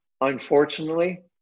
Unfortunately